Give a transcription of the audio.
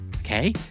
Okay